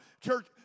Church